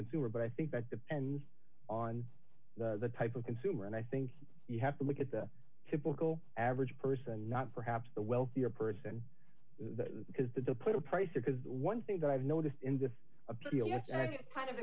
consumer but i think that depends on the type of consumer and i think you have to look at the typical average person not perhaps the wealthier person because the put a price because one thing that i've noticed in this kind of